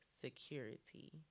security